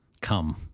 Come